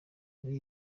muri